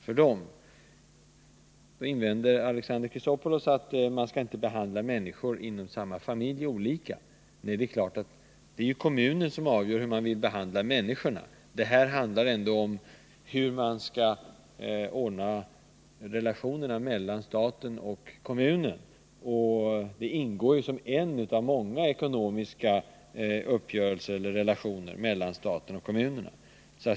Alexander Chrisopoulos invänder att man inte skall behandla människor inom samma familj olika. Nej, det är självfallet kommunen som avgör hur de enskilda människorna skall behandlas. Vad det nu är fråga om är hur man skall ordna relationerna mellan staten och kommunerna. Denna fråga rör bara ett av många ekonomiska mellanhavanden mellan staten och kommunerna.